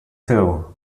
too